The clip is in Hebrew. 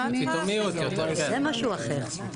בפתאומיות זה משהו אחר.